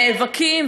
נאבקים,